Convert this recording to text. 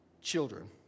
children